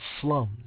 slums